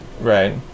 right